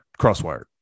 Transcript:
crosswired